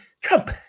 trump